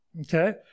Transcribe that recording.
Okay